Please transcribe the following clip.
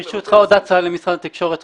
עוד הצעה חשובה מאוד למשרד התקשורת.